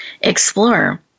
explore